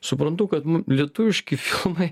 suprantu kad lietuviški filmai